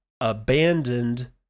abandoned